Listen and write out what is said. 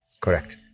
Correct